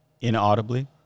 Inaudibly